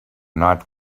night